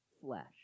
flesh